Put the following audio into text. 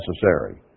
necessary